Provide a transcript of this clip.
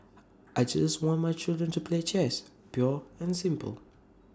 I just want my children to play chess pure and simple